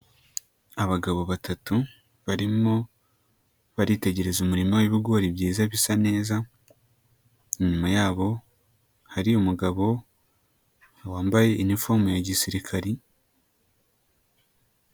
Abagabo batatu barimo baritegereza umurima w'ibigori byiza bisa neza, inyuma yabo hari umugabo wambaye inifomu ya gisirikari.